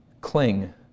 Cling